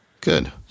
Good